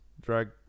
Drag